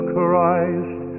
Christ